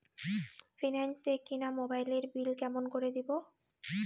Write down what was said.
Finance এ কিনা মোবাইলের বিল কেমন করে দিবো?